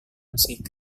musik